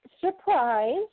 Surprise